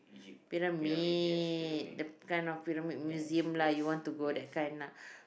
pyramid the kind of pyramid museum lah you want to go that kind lah